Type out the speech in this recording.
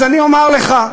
אז אני אומר לך,